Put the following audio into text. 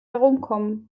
herumkommen